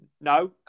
no